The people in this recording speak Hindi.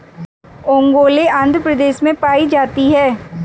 ओंगोले आंध्र प्रदेश में पाई जाती है